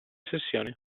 sessioni